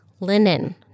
Linen